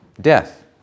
Death